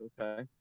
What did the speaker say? Okay